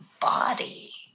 body